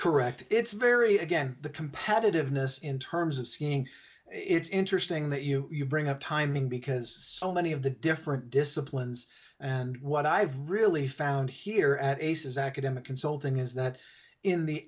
correct it's very again the competitiveness in terms of skiing it's interesting that you bring up timing because so many of the different disciplines and what i've really found here at ace's academic consulting is that in the